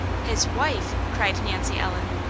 his wife! cried nancy ellen.